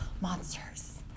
Monsters